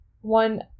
one